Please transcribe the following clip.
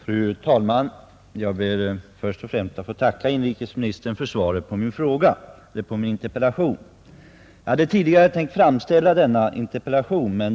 Fru talman! Först och främst ber jag att få tacka inrikesministern för svaret på min interpellation, som jag hade tänkt att framställa tidigare.